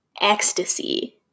ecstasy